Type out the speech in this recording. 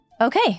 Okay